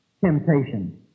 temptation